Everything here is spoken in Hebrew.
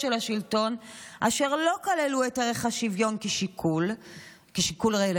של השלטון אשר לא כללו את ערך השוויון כשיקול רלוונטי,